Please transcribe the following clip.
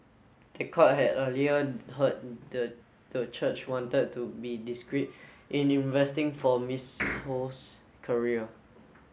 the court had earlier heard the the church wanted to be discreet in investing for Miss Ho's career